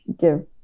give